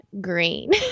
green